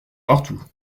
partout